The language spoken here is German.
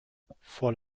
voll